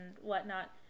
whatnot